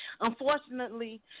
unfortunately